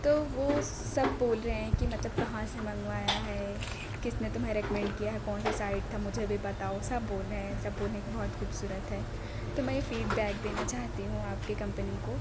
تو وہ سب بول رہے ہیں کہ مطلب کہاں سے منگوایا ہے کس نے تمہیں ریکمینڈ کیا ہے کون سا سائڈ تھا ہمیں بھی بتاؤ سب بول رہے ہیں سب بول رہے ہیں کہ بہت خوبصورت ہے تو میں یہ فیڈ بیک دینا چاہتی ہوں آپ کی کمپنی کو